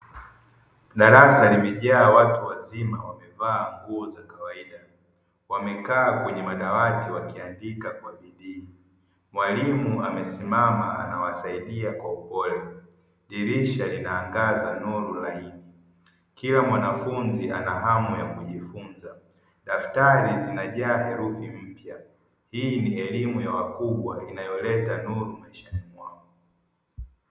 Darasa limejaa watu wazima wamevaa nguo za kawaida wamekaa kwenye madawati wakiandika kwa bidii. Mwalimu amesimama anawasaidia kwa upole, dirisha linaangaza nuru laini. Kila mwanafunzi ana hamu ya kujifunza, daftari zinajaa herufi mpya. Hii ni elimu ya wakubwa inayoleta nuru maishani mwao.